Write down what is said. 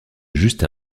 juste